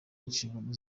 inshingano